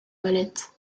valette